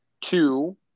Two